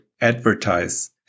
advertise